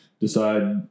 decide